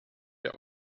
der